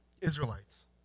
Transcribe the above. Israelites